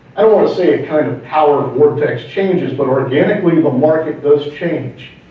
i don't wanna say a kind of power vortex changes, but organically the market does change.